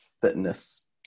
fitness